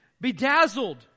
bedazzled